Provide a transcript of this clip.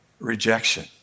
rejection